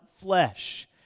flesh